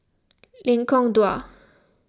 Lengkong Dua